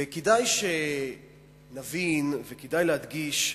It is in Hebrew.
וכדאי שנבין, וכדאי להדגיש,